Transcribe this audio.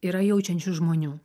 yra jaučiančių žmonių